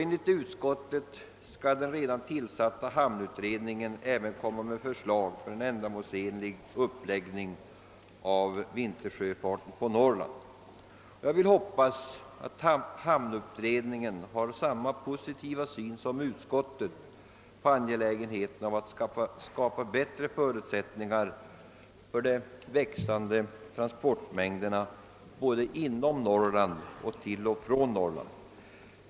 Enligt utskottet skall den redan tillsatta hamnutredningen även komma med förslag om en ändamålsenlig uppläggning av vintersjöfarten på Norrland. Jag hoppas att hamnutredningen har samma positiva syn som utskottet på angelägenheten av att skapa bättre förutsättningar för de växande transportmängderna både inom Norrland och till och från Norrland.